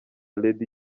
lady